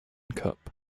cup